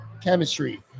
chemistry